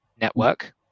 network